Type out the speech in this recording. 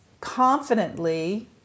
confidently